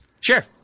Sure